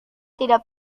tidak